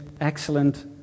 excellent